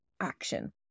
action